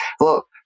look